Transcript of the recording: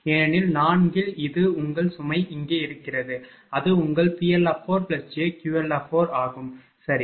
ஏனெனில் 4 இல் இது உங்கள் சுமை இங்கே இருக்கிறது அது உங்கள் PLjQL ஆகும் சரி